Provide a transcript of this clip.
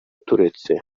turetse